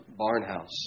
Barnhouse